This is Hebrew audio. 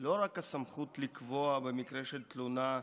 לא רק הסמכות לקבוע, במקרה של תלונה,